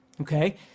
okay